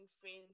friends